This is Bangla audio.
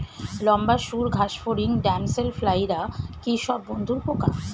লম্বা সুড় ঘাসফড়িং ড্যামসেল ফ্লাইরা কি সব বন্ধুর পোকা?